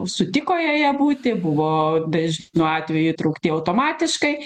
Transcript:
sutiko joje būti buvo dažnu atveju įtraukti automatiškai